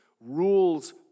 rules